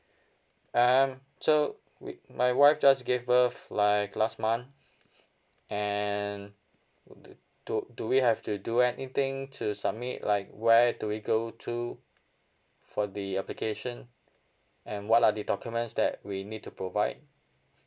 um so wait my wife just gave birth like last month and would be do do we have to do anything to submit like where do we go to for the application and what are the documents that we need to provide